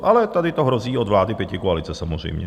Ale tady to hrozí od vlády pětikoalice samozřejmě.